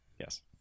Yes